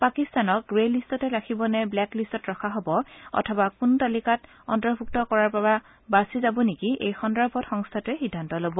পাকিস্তানক গ্ৰে লিষ্টতে ৰাখিব নে ৱেক লিষ্টত ৰখা হ'ব অথবা কোন তালিকাত অন্তৰ্ভূক্ত কৰাৰ পৰা বাচি যাব নেকি এই সন্দৰ্ভত সংস্থাটোৱে সিদ্ধান্ত লব